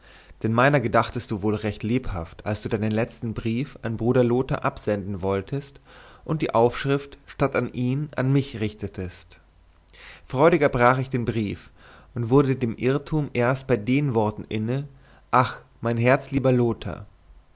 denn meiner gedachtest du wohl recht lebhaft als du deinen letzten brief an bruder lothar absenden wolltest und die aufschrift statt an ihn an mich richtetest freudig erbrach ich den brief und wurde den irrtum erst bei den worten inne ach mein herzlieber lothar